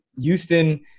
Houston –